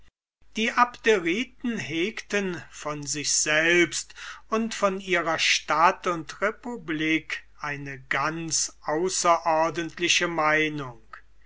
die abderiten hegten von sich selbst und von ihrer stadt und republik eine ganz außerordentliche meinung